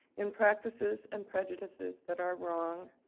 in practices and prejudices that are wrong,